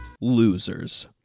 losers